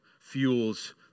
fuels